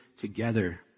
together